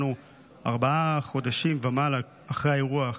אנחנו ארבעה חודשים ומעלה אחרי האירוע,